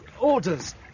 Orders